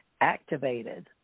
activated